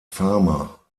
farmer